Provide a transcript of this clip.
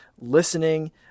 listening